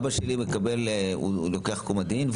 אבא שלי לוקח קומדין,